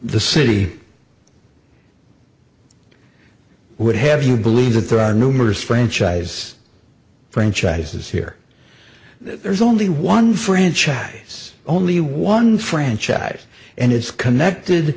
the city would have you believe that there are numerous franchise franchises here there's only one franchise only one franchise and it's connected